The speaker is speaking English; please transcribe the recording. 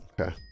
Okay